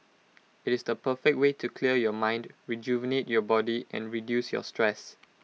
IT is the perfect way to clear your mind rejuvenate your body and reduce your stress